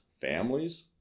families